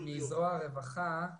יש כאן נציגה נוספת מזרוע הרווחה,